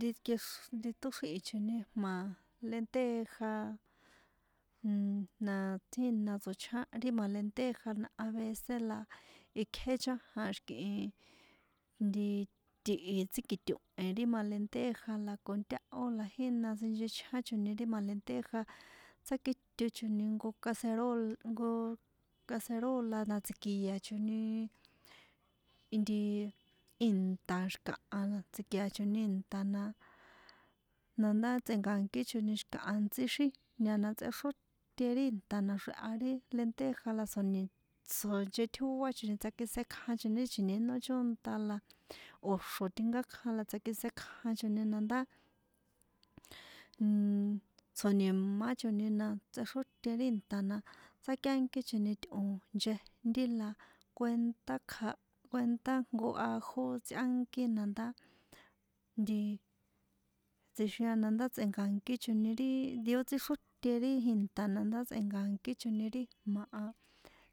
Ri nkexr ri tóxríhi̱choni jma̱ lenteja na jína tsochján ri jma̱ lenteja na ikjé chájan xi̱kihi nti ti̱hi tsíkiṭo̱he ri jma̱ lenteja la kon táhó la jína sinchechjáchoni ri jma̱ lenteja tsákitochoni ijnko caeroo jnko cacerola na tsi̱kiachoni i nti inta xi̱kaha tsi̱kiachoni inta na na ndá tse̱nkakíchoni xi̱kaha a̱ntsí xíjnta na tsꞌexróte ri inta naxreha ri lenteja la tso̱ni̱ tsjo̱ sinchetjóachoni tsakistjekjachoni ri chi̱nínó chónta la o̱ xro̱ tinkákjan la tsakitsjekjachoni la ndá nnn tso̱ni̱máchoni na tsꞌexróte ri inta na tsákiankíchoni tꞌo̱ nchejnti la kuentá kja kuentá jnko ajo tsꞌíankina na ndá nti tsixíjia na ndá tse̱nka̱nkíchoni ri ri ó síxróte ri inta na ndá